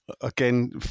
Again